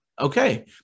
Okay